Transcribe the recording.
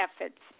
efforts